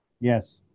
Yes